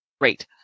great